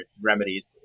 remedies